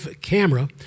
camera